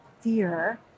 fear